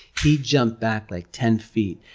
he jumped back like ten feet.